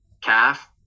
calf